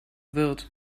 wird